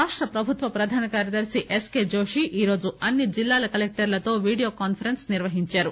రాష్ట ప్రభుత్వ ప్రధాన కార్యదర్ని ఎస్కే జోషి ఈరోజు అన్ని జిల్లాల కలెక్టర్లతో వీడియో కాన్సరెన్స్ నిర్వహించారు